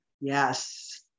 Yes